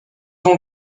ont